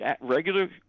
regular